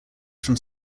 from